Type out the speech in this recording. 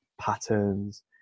patterns